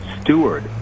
steward